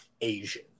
Asian